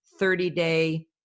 30-day